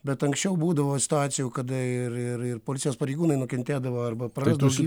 bet anksčiau būdavo situacijų kada ir ir ir policijos pareigūnai nukentėdavo arba prarasdavo